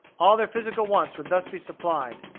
all their physical wants would thus be supplied.